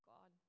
God